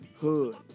Hood